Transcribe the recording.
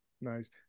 Nice